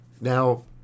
Now